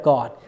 God